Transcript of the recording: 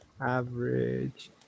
average